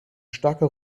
starker